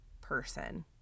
person